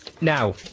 now